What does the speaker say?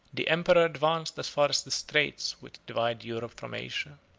the emperor advanced as far as the straits which divide europe from asia.